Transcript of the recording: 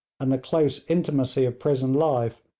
and the close intimacy of prison life,